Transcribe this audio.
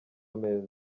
meza